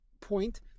point